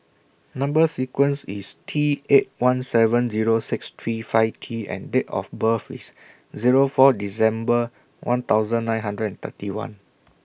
Number sequence IS T eight one seven Zero six three five T and Date of birth IS Zero four December one thousand nine hundred and thirty one